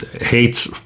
hates